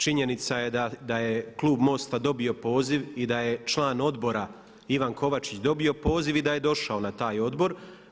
Činjenica je da je klub MOST-a dobio poziv i da je član odbora Ivan Kovačić dobio poziv i da je došao na taj odbor.